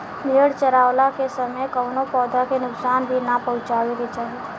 भेड़ चरावला के समय कवनो पौधा के नुकसान भी ना पहुँचावे के चाही